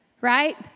right